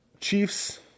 Chiefs